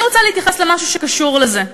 אני רוצה להתייחס למשהו שקשור לזה,